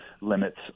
limits